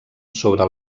sobre